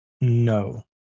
No